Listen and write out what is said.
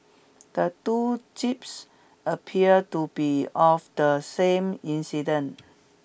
the two appear to be of the same incident